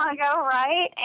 right